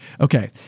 okay